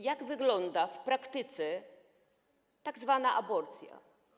Jak wygląda w praktyce tzw. aborcja?